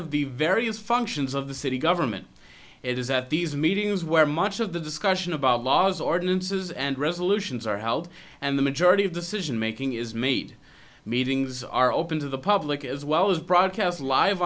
of the various functions of the city government it is at these meetings where much of the discussion about laws ordinances and resolutions are held and the majority of decision making is made meetings are open to the public as well as broadcast live